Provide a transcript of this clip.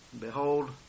Behold